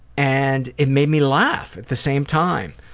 and it made me laugh at the same time.